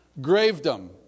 Gravedom